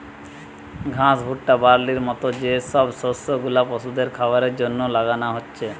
ঘাস, ভুট্টা, বার্লির মত যে সব শস্য গুলা পশুদের খাবারের জন্যে লাগানা হচ্ছে